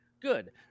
good